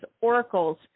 oracles